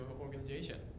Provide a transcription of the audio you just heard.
organization